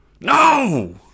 No